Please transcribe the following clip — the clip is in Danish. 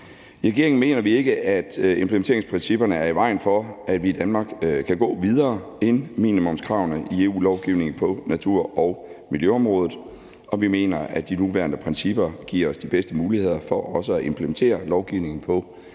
I regeringen mener vi ikke, at implementeringsprincipperne er i vejen for, at vi i Danmark kan gå videre end minimumskravene i EU-lovgivningen på natur- og miljøområdet, og vi mener, at de nuværende principper giver os de bedste muligheder for også at implementere lovgivningen på en balanceret